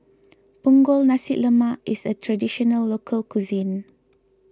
Punggol Nasi Lemak is a Traditional Local Cuisine